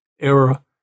era